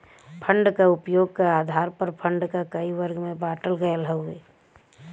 fund क उपयोग क आधार पर फण्ड क कई वर्ग में बाँटल गयल हउवे